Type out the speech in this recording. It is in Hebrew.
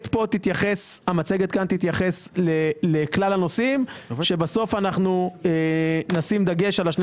המצגת כאן תתייחס לכלל הנושאים ובסוף נשים דגש על שני